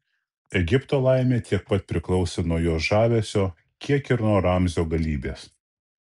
egipto laimė tiek pat priklausė nuo jos žavesio kiek ir nuo ramzio galybės